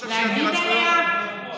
להגיד עליה,